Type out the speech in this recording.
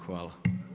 Hvala.